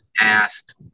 asked